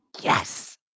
Yes